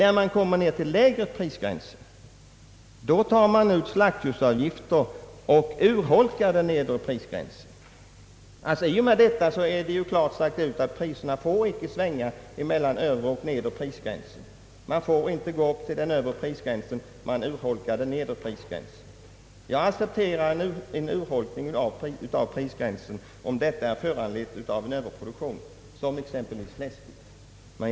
När vi kommer till den nedre prisgränsen tar man ut slaktdjursavgifter och urholkar på det sättet denna prisgräns. Därmed är klart utsagt att priserna icke får svänga mellan övre och nedre prisgränsen. Man får således inte gå upp till den övre prisgränsen; man urholkar den nedre gränsen. Jag accepterar en urholkning av prisgränsen om den är föranledd av en överproduktion som t.ex. när det gäller fläsket.